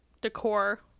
decor